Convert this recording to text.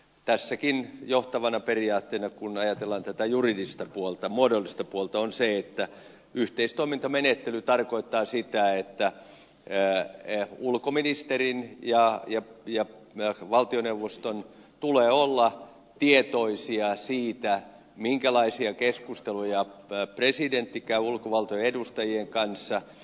tässäkin johtavana periaatteena kun ajatellaan tätä juridista puolta muodollista puolta on se että yhteistoimintamenettely tarkoittaa sitä että ulkoministerin ja valtioneuvoston tulee olla tietoisia siitä minkälaisia keskusteluja presidentti käy ulkovaltojen edustajien kanssa